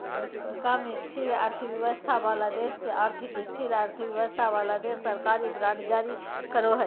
कम स्थिर अर्थव्यवस्था वाला देश के अधिक स्थिर अर्थव्यवस्था वाला देश सरकारी बांड जारी करो हय